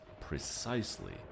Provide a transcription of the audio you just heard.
precisely